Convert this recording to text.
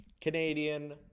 Canadian